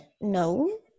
no